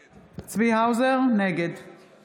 (קוראת בשם חבר הכנסת) צבי האוזר, נגד עוד?